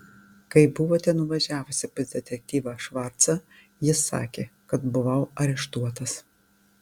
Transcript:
kai buvote nuvažiavusi pas detektyvą švarcą jis sakė kad buvau areštuotas